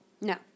No